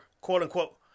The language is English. quote-unquote